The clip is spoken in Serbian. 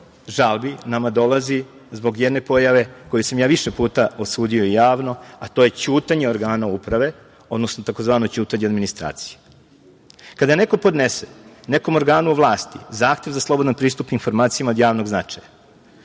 žalbi nama dolazi zbog jedne pojave koju sam više puta osudio javno, a to je ćutanje organa uprave, odnosno tzv. ćutanje administracije. Kada neko podnese nekom organu vlasti zahtev za slobodan pristup vlasti, zahtev za